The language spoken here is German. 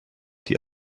die